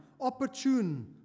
opportune